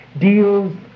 deals